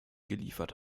geliefert